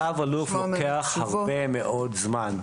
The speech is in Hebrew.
צו אלוף לוקח הרבה זמן.